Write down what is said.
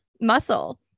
muscle